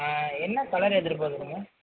என்ன கலரு எதிர்பார்க்குறிங்க